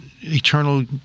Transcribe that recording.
eternal